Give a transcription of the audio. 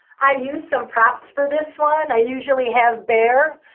i use some props for this one. i usually have bear,